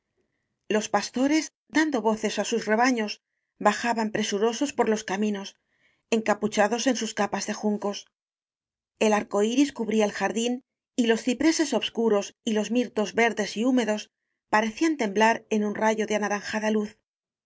los pastores dando voces á sus rebaños ba jaban presurosos por los caminos encapucha dos en sus capas de juncos el arco iris cubría el jardín y los cipreses obscuros y los mirtos verdes y húmedos parecían temblar en un ra yo de anaranjada luz